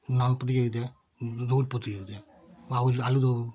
নানান প্রতিযোগিতা দৌড় প্রতিযোগিতা আয়ু আলু দৌড়